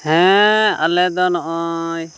ᱦᱮᱸ ᱟᱞᱮᱫᱚ ᱱᱚᱜᱼᱚᱭ